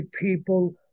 people